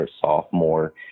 sophomore